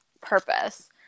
purpose